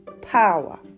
power